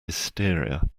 hysteria